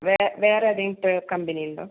വേറെ വേറ ഏതെങ്കിലും കമ്പനി ഉണ്ടോ